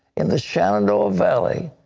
in the shenandoah valley,